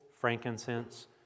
frankincense